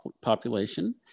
population